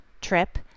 trip